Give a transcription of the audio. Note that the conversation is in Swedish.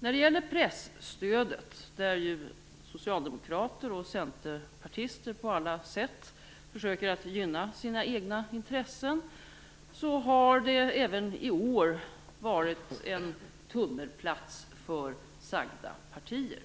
När det gäller presstödet, där ju socialdemokrater och centerpartister på alla sätt försöker att gynna sina egna intressen, har det även i år varit en tummelplats för sagda partier.